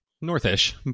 North-ish